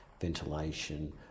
ventilation